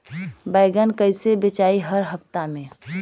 बैगन कईसे बेचाई हर हफ्ता में?